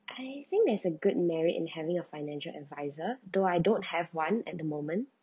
I think there's a good merit in having a financial adviser though I don't have one at the moment